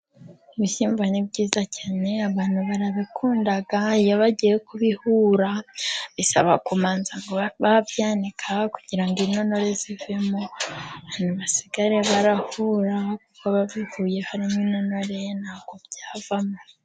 Ibishyimbo ni byiza cyane ,abantu barabikunda, iyo bagiye kubihura bisaba kubanza ngo babyanika kugira ngo n'intonore zivemo ,basigare barahura ,kuko babihuye harimo intonore ntabwo byavamo.